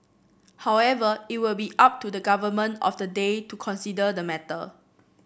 however it will be up to the government of the day to consider the matter